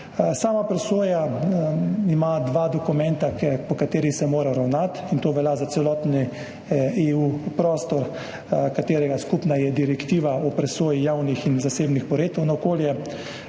Sama presoja ima dva dokumenta, po katerih se mora ravnati, in to velja za celotni prostor EU, katerega skupna je Direktiva o presoji vplivov nekaterih javnih in zasebnih projektov na okolje.